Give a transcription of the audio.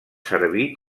servir